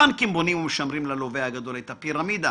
הבנקים בונים ומשמרים ללווים הגדולים את הפירמידה